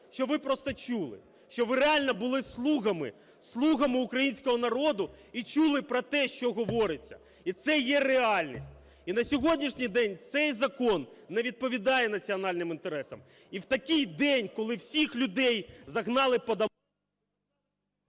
щоб ви просто чули, щоб ви реально були слугами, слугами українського народу і чули про те, що говориться. І це є реальність. І на сьогоднішній день цей закон не відповідає національним інтересам. І в такий день, коли всіх людей загнали по…